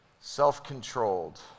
Self-controlled